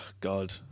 God